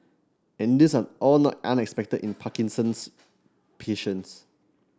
and these are all not unexpected in Parkinson's patients